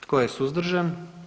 Tko je suzdržan?